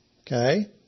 Okay